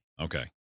Okay